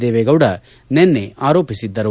ದೇವೇಗೌಡ ನಿನ್ನೆ ಆರೋಪಿಸಿದ್ದರು